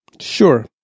Sure